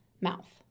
mouth